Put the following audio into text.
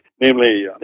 namely